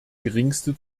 geringste